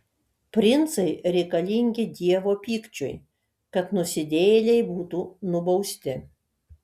princai reikalingi dievo pykčiui kad nusidėjėliai būtų nubausti